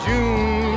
June